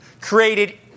created